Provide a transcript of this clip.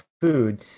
food